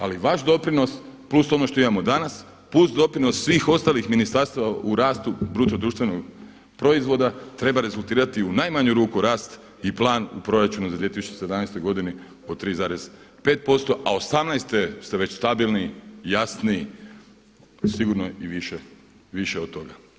Ali vaš doprinos plus ono što imamo danas, plus doprinos svih ostalih ministarstava u rastu bruto društvenog proizvoda treba rezultirati u najmanju ruku rast i plan u proračunu za 2017. godini od 3,5% a osamnaeste ste već stabilni, jasni, sigurno i više od toga.